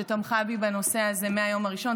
שתמכה בי בנושא הזה מהיום הראשון.